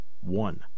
One